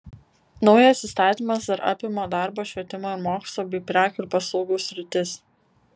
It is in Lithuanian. naujas įstatymas dar apima darbo švietimo ir mokslo bei prekių ir paslaugų sritis